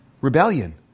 Rebellion